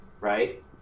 right